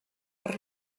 per